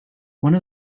one